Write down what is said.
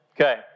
Okay